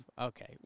Okay